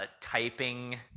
typing